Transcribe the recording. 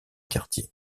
quartier